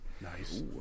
Nice